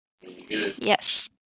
Yes